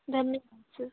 धन्य सर